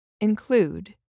include